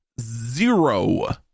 Zero